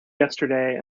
yesterday